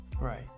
right